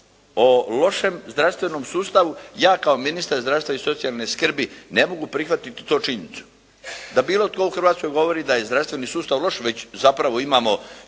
o lošem zdravstvenom sustavu ja kao ministar zdravstva i socijalne skrbi ne mogu prihvatiti tu činjenicu da bilo tko u Hrvatskoj govori da je zdravstveni sustav loš već zapravo imamo